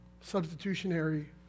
substitutionary